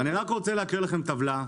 אני רק רוצה להקריא לכם טבלה,